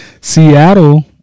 Seattle